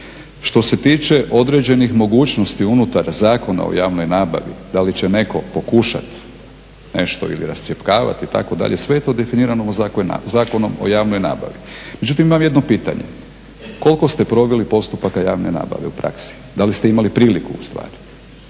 Što se tiče određenih mogućnosti unutar Zakona o javnoj nabavi, da li će netko pokušati nešto ili rascjepkavati, itd., sve je to definirano Zakonom o javnoj nabavi. Međutim, imam jedno pitanje. Koliko ste proveli postupaka javne nabave u praksi? Da li ste imali priliku ustvari?